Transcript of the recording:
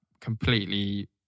completely